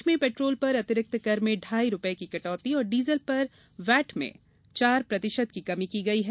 प्रदेश में पेट्रोल पर अतिरिक्त कर में ढ़ाई रूपये की कटौती और डीजल पर वैट में चार प्रतिशत की कमी की गयी है